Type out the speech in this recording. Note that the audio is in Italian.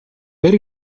per